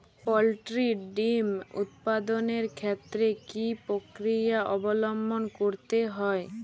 Poultry ডিম উৎপাদনের ক্ষেত্রে কি পক্রিয়া অবলম্বন করতে হয়?